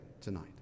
tonight